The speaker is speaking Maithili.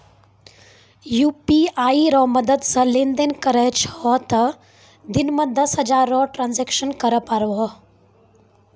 यू.पी.आई रो मदद से लेनदेन करै छहो तें दिन मे दस हजार रो ट्रांजेक्शन करै पारभौ